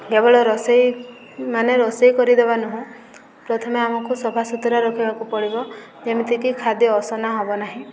କେବଳ ରୋଷେଇ ମାନେ ରୋଷେଇ କରିଦେବା ନୁହଁ ପ୍ରଥମେ ଆମକୁ ସଫା ସୁୁତୁରା ରଖିବାକୁ ପଡ଼ିବ ଯେମିତିକି ଖାଦ୍ୟ ଅସନା ହେବ ନାହିଁ